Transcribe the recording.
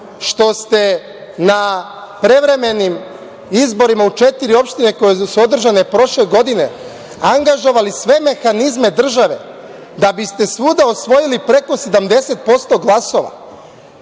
što ste na prevremenim izborima u četiri opštine koji su održani prošle godine, angažovali sve mehanizme države da biste svuda osvojili peko 70% glasova,